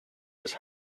his